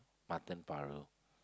mutton paru